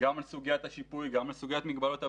גם על סוגיית השיפוי וגם על סוגיית מגבלות הבנייה.